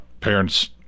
parents